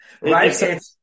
Right